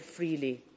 freely